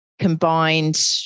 combined